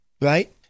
right